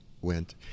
went